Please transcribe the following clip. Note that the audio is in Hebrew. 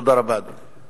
תודה רבה, אדוני.